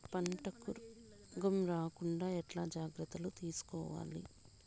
పంటకు రోగం రాకుండా ఎట్లా జాగ్రత్తలు తీసుకోవాలి?